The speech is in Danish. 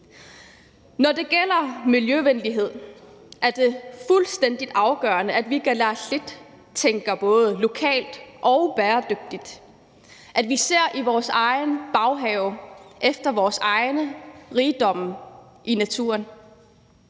Når det gælder miljøvenlighed, er det fuldstændig afgørende, at vi kalaallit tænker både lokalt og bæredygtigt, og at vi kigger i vores egen baghave efter vores egne rigdomme i naturen.